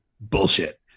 Bullshit